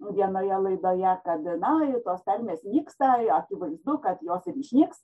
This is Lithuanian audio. vienoje laidoje kad na tos tarmės nyksta akivaizdu kad jos išnyks